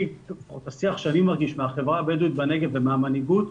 מהשיח שאני מרגיש מהחברה הבדואית בנגב ומהמנהיגות,